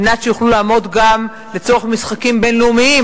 על מנת שיוכלו לעמוד גם לצורך משחקים בין-לאומיים,